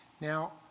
Now